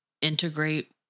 integrate